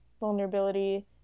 vulnerability